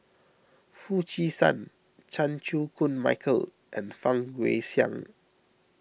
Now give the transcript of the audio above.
Foo Chee San Chan Chew Koon Michael and Fang Guixiang